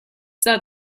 that